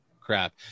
crap